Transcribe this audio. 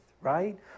right